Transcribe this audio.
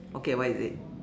okay what is it